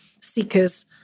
seekers